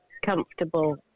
comfortable